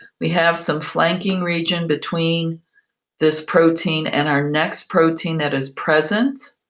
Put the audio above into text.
we have some flanking region between this protein and our next protein that is present.